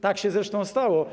Tak się zresztą stało.